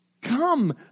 Come